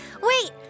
wait